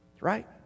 right